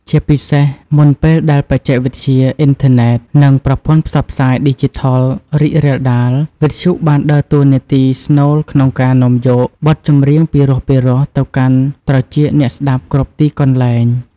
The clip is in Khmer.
ជាពិសេស មុនពេលដែលបច្ចេកវិទ្យា អ៊ីនធឺណិត និងប្រព័ន្ធផ្សព្វផ្សាយឌីជីថលរីករាលដាល វិទ្យុបានដើរតួនាទីស្នូលក្នុងការនាំយកបទចម្រៀងពីរោះៗទៅកាន់ត្រចៀកអ្នកស្ដាប់គ្រប់ទីកន្លែង។